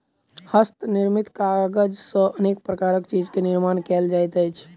हस्त निर्मित कागज सॅ अनेक प्रकारक चीज के निर्माण कयल जाइत अछि